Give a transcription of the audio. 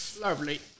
Lovely